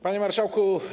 Panie Marszałku!